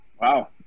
Wow